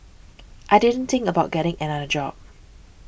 I didn't think about getting another job